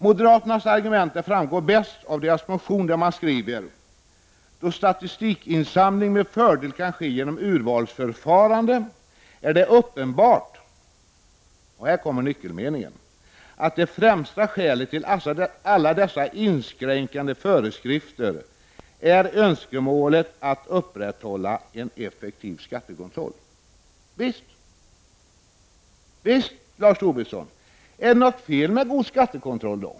Moderaternas argument framgår bäst av deras motion, där de skriver: ”Då statistikinsamling med fördel kan ske genom urvalsförfarande, är det uppenbart” — och här kommer nyckelmeningen — ”att det främsta skälet till alla dessa inskränkande föreskrifter är önskemålet att upprätthålla en effektiv skattekontroll.” Ja visst, Lars Tobisson! Är det då något fel med god skattekontroll?